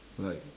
like